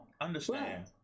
Understand